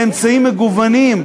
באמצעים מגוונים,